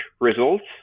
results